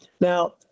Now